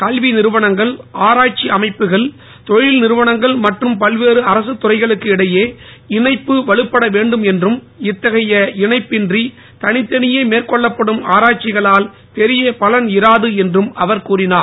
கல்வி நிறுவனங்கள் ஆராய்ச்சி அமைப்புகள் தொழில் நிறுவனங்கள் மற்றும் பல்வேறு அரசுத் துறைகளுக்கு இடையே இணைப்பு வலுப்பட வேண்டும் என்றும் இத்தகைய இணைப்பின்றி தனித்தனியே மேற்கொள்ளப்படும் ஆராய்ச்சிகளால் பெரிய பலன் இராது என்றும் அவர் கூறினார்